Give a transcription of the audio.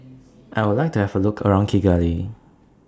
I Would like to Have A Look around Kigali